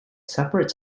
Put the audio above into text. separate